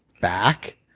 back